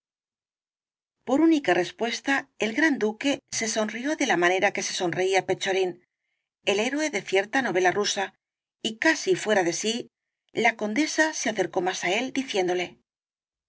por vínica respuesta el gran duque se sonrió de la manera que se sonreía petchorin el héroe de cierta novela rusa y casi fuera de sí la condesa se acercó mas á él diciéndole